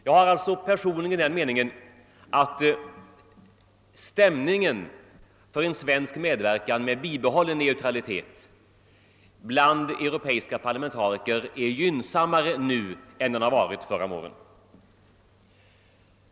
Jag har alltså personligen den meningen att stämningen bland europeiska parlamentariker för en svensk medverkan med bibehållen neutralitet är gynnsammare nu än tidigare.